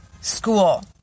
school